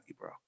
bro